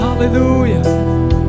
¡Hallelujah